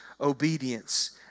obedience